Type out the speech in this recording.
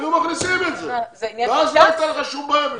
היו מכניסים את זה ואז לא הייתה לך שום בעיה.